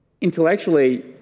Intellectually